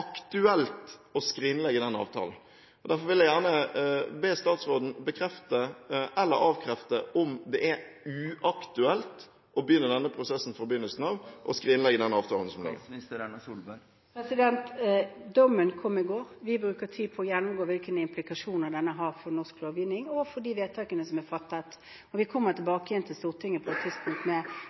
å skrinlegge denne avtalen. Derfor vil jeg gjerne be statsministeren bekrefte eller avkrefte om det er uaktuelt å begynne denne prosessen fra begynnelsen av, og skrinlegge den avtalen som ligger. Dommen kom i går. Vi bruker tid på å gjennomgå hvilke implikasjoner den har for norsk lovgivning og for de vedtakene som er fattet. Vi kommer tilbake igjen til Stortinget på et tidspunkt med